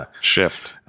shift